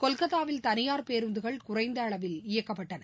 கொல்கத்தாவில் தனியார் பேருந்துகள் குறைந்தஅளவில் இயக்கப்பட்டன